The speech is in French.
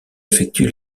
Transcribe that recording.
effectue